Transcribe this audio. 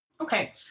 Okay